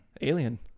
Alien